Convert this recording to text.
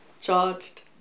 charged